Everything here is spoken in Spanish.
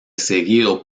seguido